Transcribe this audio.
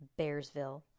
Bearsville